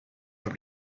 had